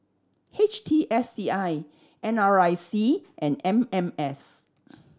H T S C I N R I C and M M S